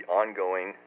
ongoing